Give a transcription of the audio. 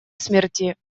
смерти